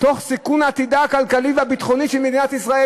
"תוך סיכון עתידה הכלכלי והביטחוני של מדינת ישראל".